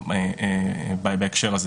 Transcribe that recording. עבודות שירות זה לא דבר של מה בכך.